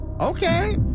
Okay